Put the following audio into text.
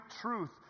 truth